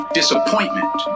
disappointment